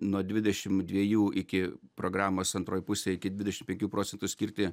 nuo dvidešim dviejų iki programos antroj pusėj iki dvidešim penkių procentų skirti